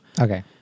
Okay